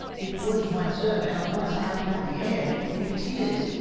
if words might serve, our voice hath rent the air if tears,